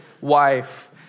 wife